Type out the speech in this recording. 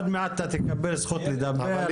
עוד מעט אתה תקבל זכות לדבר,